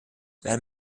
werden